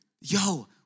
yo